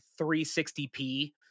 360p